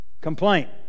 Complaint